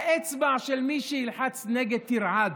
האצבע של מי שילחץ נגד תרעד,